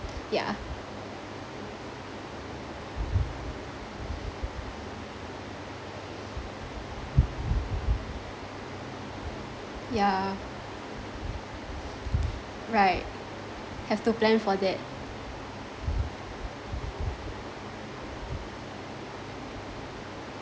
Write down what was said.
yeah yeah right have to plan for that